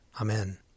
Amen